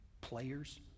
players